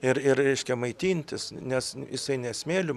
ir ir reiškia maitintis nes jisai ne smėliu